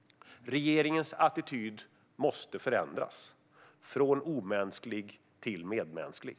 Regeringens attityd måste förändras från omänsklig till medmänsklig.